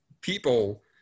people